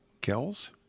Kells